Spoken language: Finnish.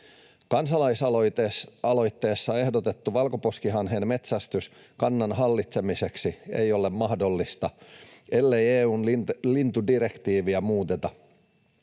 Kansalaisaloitteessa ehdotettu valkoposkihanhen metsästys kannan hallitsemiseksi ei ole mahdollista, ellei EU:n lintudirektiiviä muuteta.